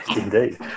Indeed